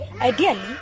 ideally